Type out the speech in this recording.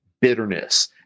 bitterness